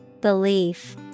Belief